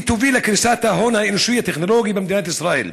היא תוביל לקריסת ההון האנושי הטכנולוגי במדינת ישראל.